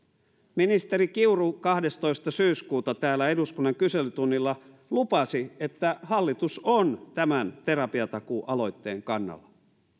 ministeri kiuru kahdestoista syyskuuta täällä eduskunnan kyselytunnilla lupasi että hallitus on tämän terapiatakuu aloitteen kannalla